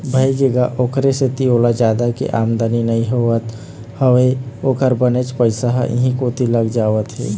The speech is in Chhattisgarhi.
भइगे गा ओखरे सेती ओला जादा के आमदानी नइ होवत हवय ओखर बनेच पइसा ह इहीं कोती लग जावत हे